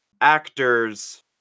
actors